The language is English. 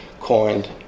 coined